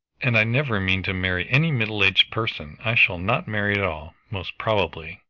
and i never mean to marry any middle-aged person. i shall not marry at all, most probably.